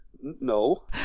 No